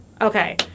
Okay